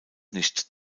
nicht